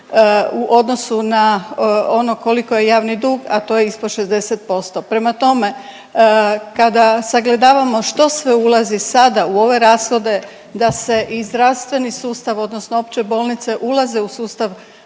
u odnosu na ono koliko je javni dug, a to je ispod 60%. Prema tome, kada sagledavamo što sve ulazi sada u ove rashode da se i zdravstveni sustav, odnosno opće bolnice ulaze u sustav